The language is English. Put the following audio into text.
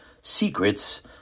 Secrets